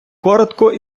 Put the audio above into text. коротко